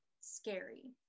scary